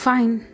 Fine